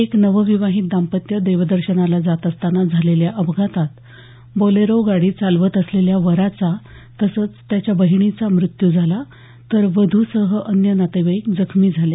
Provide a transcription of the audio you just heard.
एक नवविवाहित दांपत्य देवदर्शनाला जात असताना झालेल्या या अपघातात बोलेरो गाडी चालवत असलेल्या वराचा तसंच त्याच्या बहिणीचा मृत्यू झाला तर वधूसह अन्य नातेवाईक जखमी झाले